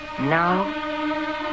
Now